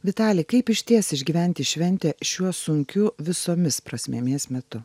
vitali kaip išties išgyventi šventę šiuo sunkiu visomis prasmėmis metu